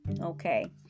okay